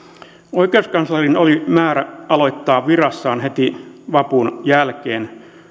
oikeuskanslerin oli määrä aloittaa virassaan heti vapun jälkeen toisena